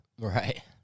Right